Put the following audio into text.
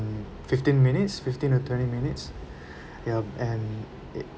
fifteen minutes fifteen to twenty minutes ya and i~